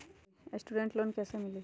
Student loan कैसे मिली?